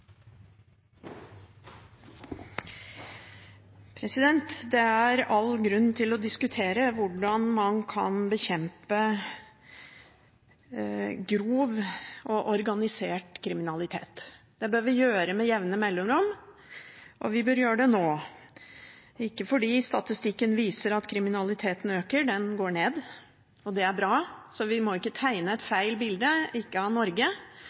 Det er all grunn til å diskutere hvordan man kan bekjempe grov og organisert kriminalitet. Det bør vi gjøre med jevne mellomrom, og vi bør gjøre det nå, ikke fordi statistikken viser at kriminaliteten øker – den går ned, og det er bra, så vi må ikke tegne et feil bilde av Norge.